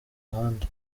ahandi